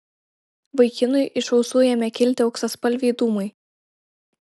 vaikinui iš ausų ėmė kilti auksaspalviai dūmai